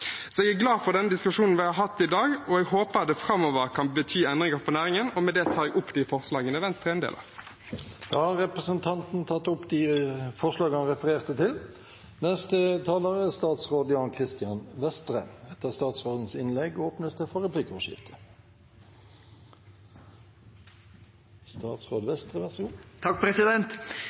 Jeg er glad for den diskusjonen vi har hatt i dag, og jeg håper at det framover kan bety endringer for næringen. Med det tar jeg opp de forslag som Venstre er en del av. Da har representanten Grunde Almeland tatt opp de forslagene han refererte til.